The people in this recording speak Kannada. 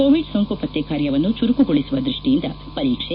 ಕೋವಿಡ್ ಸೋಂಕು ಪತ್ತೆ ಕಾರ್ಯವನ್ನು ಚುರುಕುಗೊಳಿಸುವ ದೃಷ್ಟಿಯಿಂದ ಪರೀಕ್ಷೆ